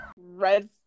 red